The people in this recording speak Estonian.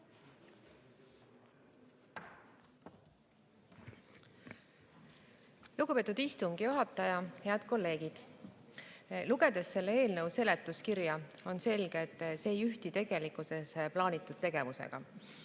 Lugupeetud istungi juhataja! Head kolleegid! Lugedes selle eelnõu seletuskirja, on selge, et see ei ühti tegelikkuses plaanitud tegevusega,